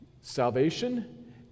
salvation